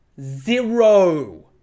Zero